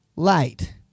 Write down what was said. light